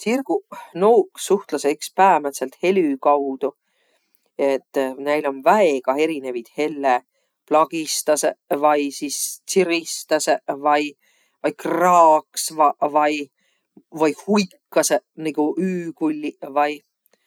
Tsirguq, nuuq suhtlõsõq iks päämädselt helü kaudu. Et näil om väega erinevit helle. Plagistasõq vai sis tsiristäseq vai. Vai kraaksvaq vai. Vai huikasõq niguq öökulliq vai.